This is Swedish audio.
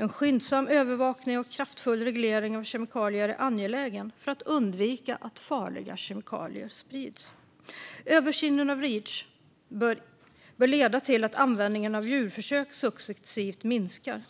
En skyndsam övervakning och kraftfull reglering av kemikalier är angelägen för att undvika att farliga kemikalier sprids. Översynen av Reach bör även leda till att användningen av djurförsök successivt minskar.